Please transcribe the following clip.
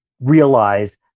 realize